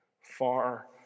Far